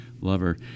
lover